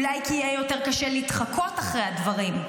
אולי כי יהיה קשה יותר להתחקות אחרי הדברים.